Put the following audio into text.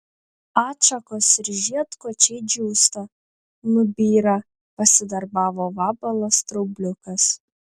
atšakos ir žiedkočiai džiūsta nubyra pasidarbavo vabalas straubliukas